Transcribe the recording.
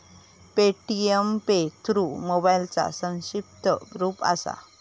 Paytm pay through मोबाईलचा संक्षिप्त रूप असा